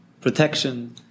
protection